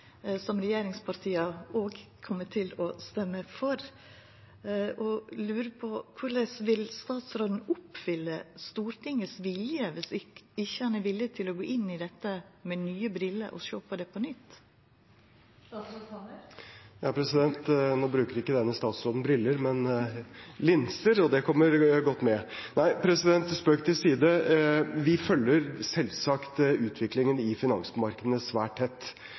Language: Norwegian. som regjeringspartia òg kjem til å stemma for, og lurer på korleis statsråden vil oppfylla Stortingets vilje om han ikkje er villig til å gå inn i dette med nye briller og sjå på det på nytt. Nå bruker ikke denne statsråden briller, men linser – og det kommer godt med. Spøk til side. Vi følger selvsagt utviklingen i finansmarkedene svært tett.